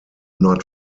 not